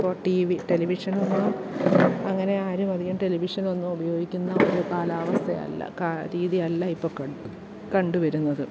ഇപ്പോള് T V ടെലിവിഷനൊന്നും അങ്ങനെയാരും അധികം ടെലിവിഷനൊന്നും ഉപയോഗിക്കുന്ന ഒരു കാലാവസ്ഥയല്ല കാ രീതിയല്ല ഇപ്പോള് കൺ കണ്ട് വരുന്നത്